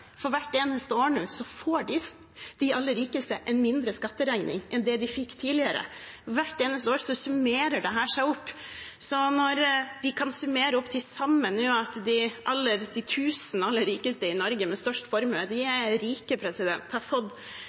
For hvert eneste år får de aller rikeste en mindre skatteregning enn det de fikk tidligere. Hvert eneste år summerer dette seg opp. Når vi kan summere opp de samme nå – at de tusen aller rikeste i Norge med størst formue, og de er rike, har